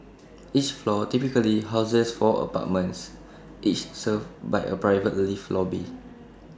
each floor typically houses four apartments each served by A private lift lobby